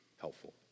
helpful